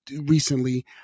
recently